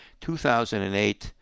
2008